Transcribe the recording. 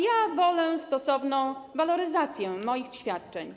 Ja wolę stosowną waloryzację moich świadczeń.